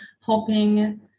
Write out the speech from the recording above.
hoping